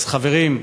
אז, חברים,